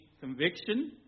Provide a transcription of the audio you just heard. conviction